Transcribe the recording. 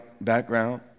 background